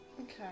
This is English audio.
Okay